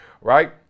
right